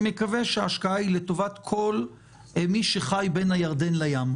אני מקווה שההשקעה היא לטובת כל מי שחי בין הירדן לים,